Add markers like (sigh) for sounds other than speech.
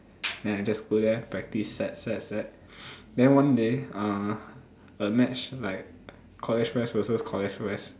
then I just go there practice set set set (noise) then one day uh a match like college west versus college west